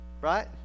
Right